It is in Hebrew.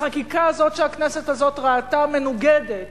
החקיקה הזאת שהכנסת הזאת ראתה מנוגדת